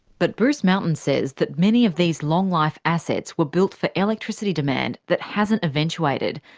but bruce mountain says that many of these long-life assets were built for electricity demand that hasn't eventuated.